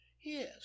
yes